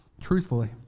truthfully